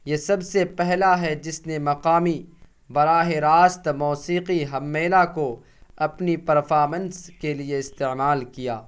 یہ سب سے پہلا ہے جس نے مقامی براہ راست موسیقی ہمّیلا کو اپنی پرفارمنس کے لیے استعمال کیا